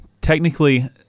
Technically